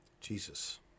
Jesus